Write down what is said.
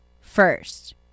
first